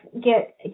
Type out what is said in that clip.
get